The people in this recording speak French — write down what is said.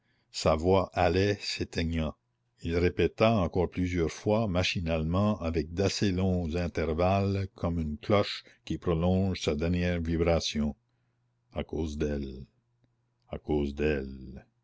sa voix allait s'éteignant il répéta encore plusieurs fois machinalement avec d'assez longs intervalles comme une cloche qui prolonge sa dernière vibration à cause d'elle à cause d'elle